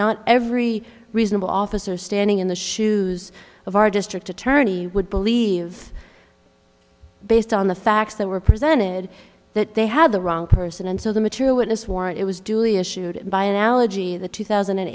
not every reasonable officer standing in the shoes of our district attorney would believe based on the facts that were presented that they had the wrong person and so the material witness warrant it was duly issued by analogy the two thousand and